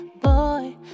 boy